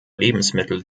lebensmittel